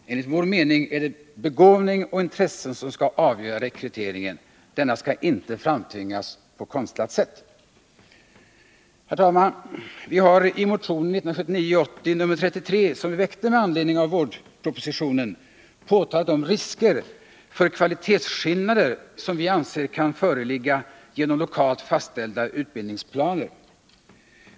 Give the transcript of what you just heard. Enligt vår mening är det begåvning och intresse som skall avgöra rekryteringen. Denna skall inte framtvingas på konstlade sätt. Herr talman! Vi har i motionen 1979/80:33, som vi väckte med anledning av vårdpropositionen, påtalat de risker för kvalitetsskillnader, som vi anser kan föreligga genom lokalt fastställda utbildningsplaner.